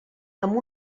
amb